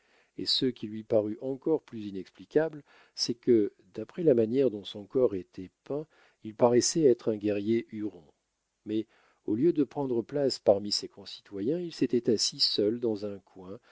et ce qui lui parut encore plus inexplicable c'est que d'après la manière dont son corps était peint il paraissait être un guerrier huron mais au lieu de prendre place parmi ses concitoyens il s'était assis seul dans un coin